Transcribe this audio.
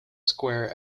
square